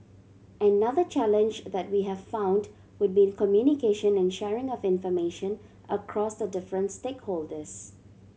another challenge that we have found would be in communication and sharing of information across the different stakeholders